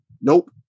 nope